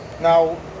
Now